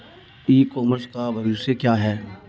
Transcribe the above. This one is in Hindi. ई कॉमर्स का भविष्य क्या है?